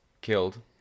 killed